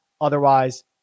Otherwise